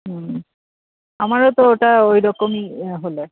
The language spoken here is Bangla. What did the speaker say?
হুম আমারও তো ওটা ওইরকমই হলো